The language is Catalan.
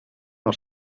els